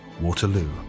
Waterloo